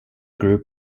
group